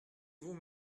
vous